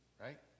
right